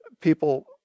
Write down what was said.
people